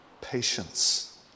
patience